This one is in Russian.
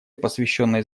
посвященной